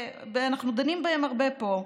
ואנחנו דנים בהן הרבה פה,